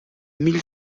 mille